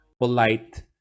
polite